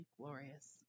glorious